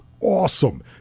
awesome